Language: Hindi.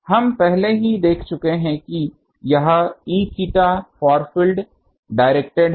हम पहले ही देख चुके हैं कि यह Eθ फार फील्ड डायरेक्टेड है